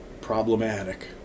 problematic